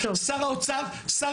שר האוצר, שר